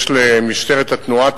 יש למשטרת התנועה תקציבים,